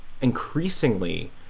increasingly